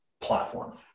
platform